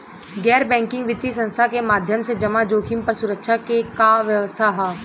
गैर बैंकिंग वित्तीय संस्था के माध्यम से जमा जोखिम पर सुरक्षा के का व्यवस्था ह?